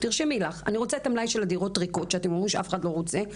תרשמי לך: אני רוצה את מלאי הדירות הריקות שאתם אומרים שאף אחד לא רוצה,